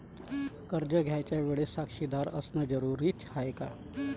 कर्ज घ्यायच्या वेळेले साक्षीदार असनं जरुरीच हाय का?